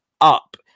up